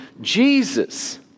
Jesus